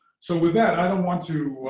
so with that, i don't want to